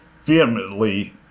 vehemently